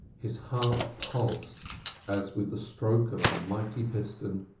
his heart pulsed as with the stroke of a mighty piston.